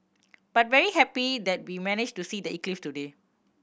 but very happy that we managed to see the eclipse today